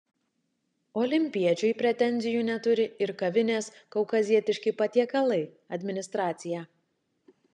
olimpiečiui pretenzijų neturi ir kavinės kaukazietiški patiekalai administracija